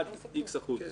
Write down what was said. עד איקס אחוז.